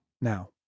now